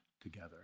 together